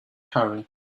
hurry